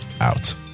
out